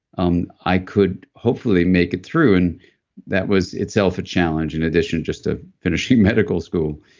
um i could hopefully make it through. and that was itself a challenge, in addition just to finishing medical school